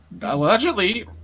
allegedly